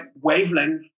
wavelength